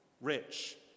Rich